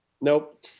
Nope